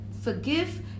forgive